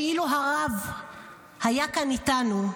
שאילו הרב היה כאן איתנו,